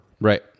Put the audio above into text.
Right